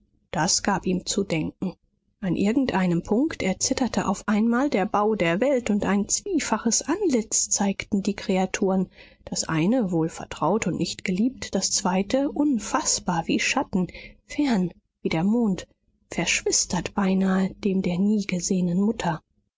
das gab ihm zu denken an irgendeinem punkt erzitterte auf einmal der bau der welt und ein zwiefaches antlitz zeigten die kreaturen das eine wohlvertraut und nicht geliebt das zweite unfaßbar wie schatten fern wie der mond verschwistert beinahe dem der nie gesehenen mutter